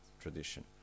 tradition